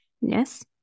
Yes